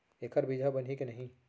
एखर बीजहा बनही के नहीं?